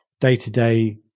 day-to-day